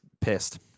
pissed